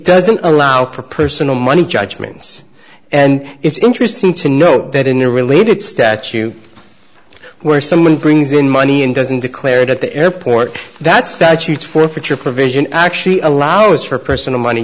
doesn't allow for personal money judgments and it's interesting to know that in a related statute where someone brings in money and doesn't declare it at the airport that statute forfeiture provision actually allows for personal money